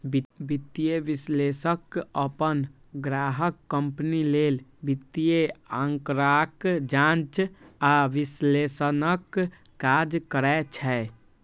वित्तीय विश्लेषक अपन ग्राहक कंपनी लेल वित्तीय आंकड़ाक जांच आ विश्लेषणक काज करै छै